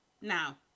now